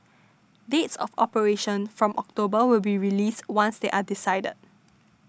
dates of operation from October will be released once they are decided